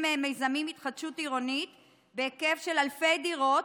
מיזמים להתחדשות עירונית בהיקף של אלפי דירות,